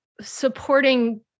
supporting